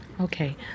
Okay